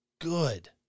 good